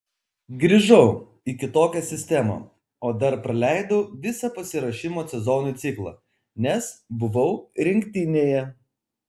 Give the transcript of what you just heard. grįžau į kitokią sistemą o dar praleidau visą pasiruošimo sezonui ciklą nes buvau rinktinėje